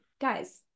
guys